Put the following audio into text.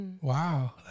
Wow